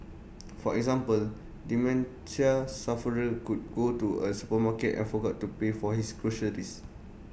for example dementia sufferer could go to A supermarket and forgot to pay for his groceries